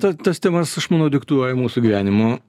ta tas temas aš manau diktuoja mūsų gyvenimo